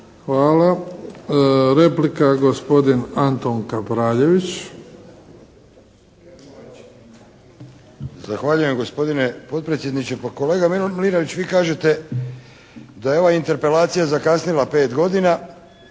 Hvala. Replika, gospodin Antun Kapraljević. **Kapraljević, Antun (HNS)** Zahvaljujem gospodine potpredsjedniče. Pa kolega Mlinarić, vi kažete da je ova interpelacija zakasnila 5 godina,